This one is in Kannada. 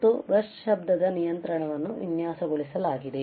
ಮತ್ತು ಬರ್ಸ್ಟ್ ಶಬ್ದದ ನಿಯಂತ್ರಣವನ್ನು ವಿನ್ಯಾಸಗೊಳಿಸಲಾಗಿದೆ